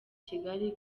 kigali